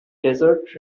desert